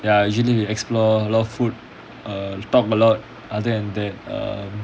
ya usually you explore a lot of food err talk a lot other than that um